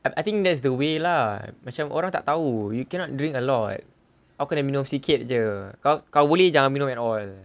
and I think that's the way lah macam orang tak tahu you cannot drink a lot kalau nak minum sikit jer kalau boleh jangan minum at all